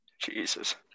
Jesus